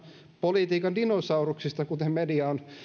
politiikan dinosauruksista kuten media on